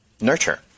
nurture